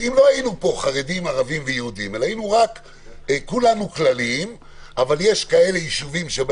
גם עם היינו כולנו כלליים והיו מקומות שהיו